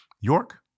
York